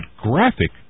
graphic